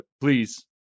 Please